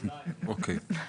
אוקיי,